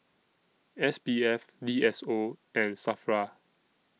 S P F D S O and SAFRA